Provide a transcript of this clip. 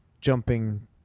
jumping